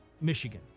Michigan